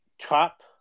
top